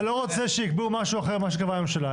אתה לא רוצה שיקבעו משהו אחר ממה שקבעה הממשלה.